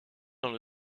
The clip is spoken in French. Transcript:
dans